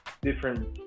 different